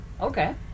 Okay